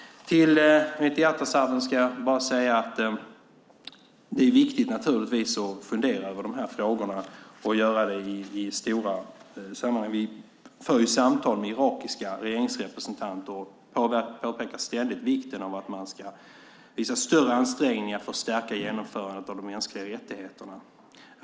Till Metin Ataseven ska jag bara säga att det naturligtvis är viktigt att fundera över de här frågorna och göra det i stora sammanhang. Vi för samtal med irakiska regeringsrepresentanter och påpekar ständigt vikten av att man ska visa större ansträngningar för att stärka genomförandet av de mänskliga rättigheterna.